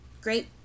Great